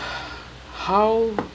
how